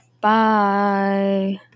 Bye